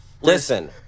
Listen